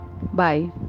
bye